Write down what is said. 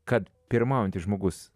kad pirmaujantis žmogus